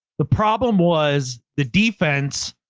the problem was the defense.